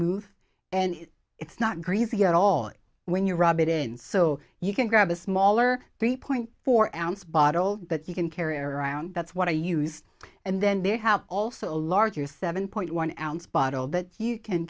smoove and it's not greasy at all when you rub it in so you can grab a smaller three point four ounce bottle that you can carry around that's what i used and then they have also a larger seven point one ounce bottle that you can